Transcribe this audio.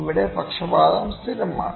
ഇവിടെ പക്ഷപാതം സ്ഥിരമാണ്